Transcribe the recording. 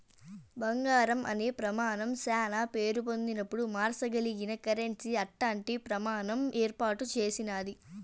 బంగారం అనే ప్రమానం శానా పేరు పొందినపుడు మార్సగలిగిన కరెన్సీ అట్టాంటి ప్రమాణం ఏర్పాటు చేసినాది